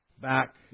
back